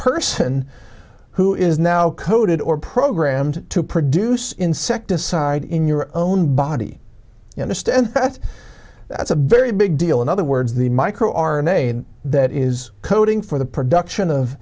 person who is now coded or programmed to produce insecticide in your own body understand that that's a very big deal in other words the micro r n a and that is coding for the production of